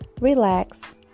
relax